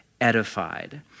edified